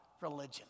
religion